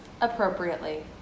appropriately